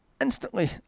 Instantly